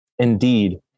Indeed